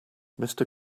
mister